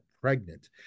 pregnant